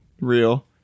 real